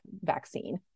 vaccine